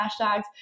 hashtags